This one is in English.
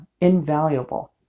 invaluable